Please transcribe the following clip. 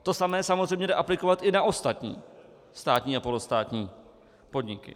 To samé samozřejmě jde aplikovat i na ostatní státní a polostátní podniky.